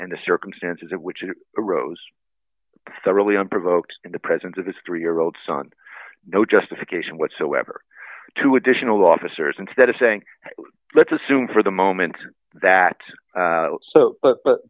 and the circumstances in which it arose really unprovoked in the presence of this three year old son no justification whatsoever two additional officers instead of saying let's assume for the moment that